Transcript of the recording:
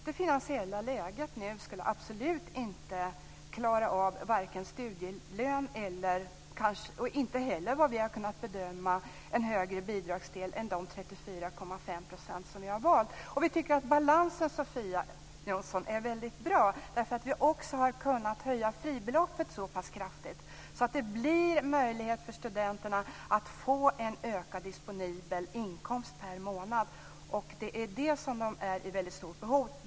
Det finansiella läget nu är sådant att det absolut inte skulle vara möjligt att klara vare sig studielön eller, såvitt vi har kunnat bedöma, en större bidragsdel än de 34,5 % som vi har valt. Vi tycker, Sofia Jonsson, att balansen är väldigt bra genom att vi också har kunnat höja fribeloppet så pass kraftigt att det blir möjligt för studenterna att få en ökad disponibel månadsinkomst. Det är de i väldigt stort behov av.